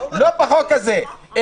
לא בחוק הזה,